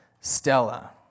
Stella